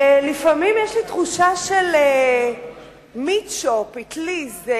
לפעמים יש לי תחושה של meat shop, אטליז,